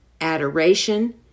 adoration